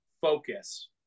focus